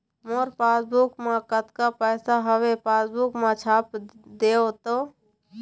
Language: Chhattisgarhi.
मोर पासबुक मा कतका पैसा हवे पासबुक मा छाप देव तो?